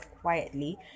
quietly